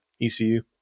ECU